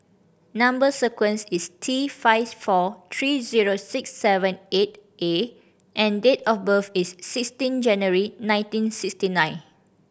number sequence is T five four three zero six seven eight A and date of birth is sixteen January nineteen sixty nine